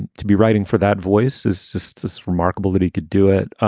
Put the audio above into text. and to be writing for that voice his sister's remarkable that he could do it.